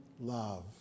love